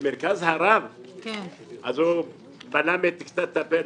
למרכז הרב אז הוא בלם קצת את הפה,